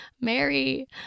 Mary